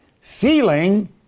Feeling